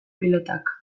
pilotak